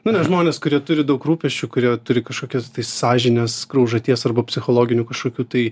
nu nes žmonės kurie turi daug rūpesčių kurie turi kažkokias tai sąžinės graužaties arba psichologinių kažkokių tai